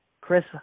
Chris